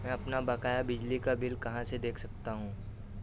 मैं अपना बकाया बिजली का बिल कहाँ से देख सकता हूँ?